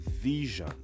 vision